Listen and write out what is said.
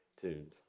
tuned